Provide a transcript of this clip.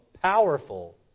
powerful